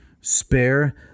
spare